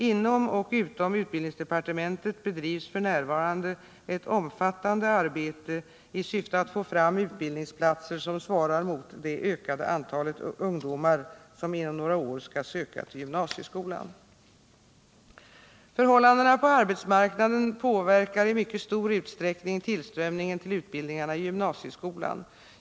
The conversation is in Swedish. Inom och utom utbildningsdepartementet bedrivs f. n. ett omfattande arbete i syfte att få fram utbildningsplatser som svarar mot det ökade antalet ungdomar som inom några år skall söka till gymnasieskolan. Förhållandena på arbetsmarknaden påverkar i mycket stor utsträckning tillströmningen till utbildningarna i gymnasieskolan.